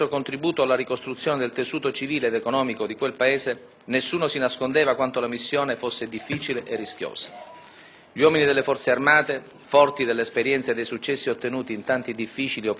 Gli uomini delle Forze armate, forti dell'esperienza e dei successi ottenuti in tante difficili operazioni di pace, risposero senza esitazione alla chiamata. Si prepararono così ad impiegare, in quella complessa realtà,